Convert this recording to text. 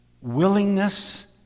willingness